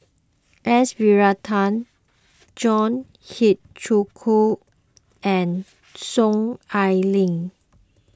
S Varathan John Hitchcock and Soon Ai Ling